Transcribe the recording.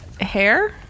Hair